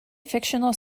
fictional